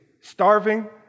starving